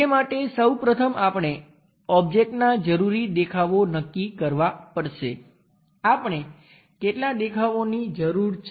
તે માટે સૌ પ્રથમ આપણે ઓબ્જેક્ટના જરૂરી દેખાવો નક્કી કરવા પડશે આપણે કેટલા દેખાવોની જરૂર છે